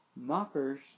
Mockers